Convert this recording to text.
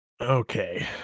Okay